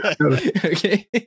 Okay